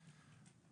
כפי שאני מבין,